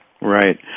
Right